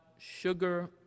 Sugar